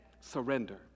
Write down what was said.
Surrender